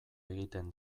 egiten